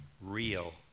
real